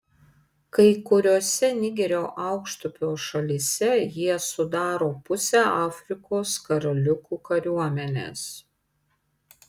kai kuriose nigerio aukštupio šalyse jie sudaro pusę afrikos karaliukų kariuomenės